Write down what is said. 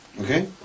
okay